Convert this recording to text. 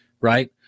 right